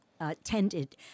attended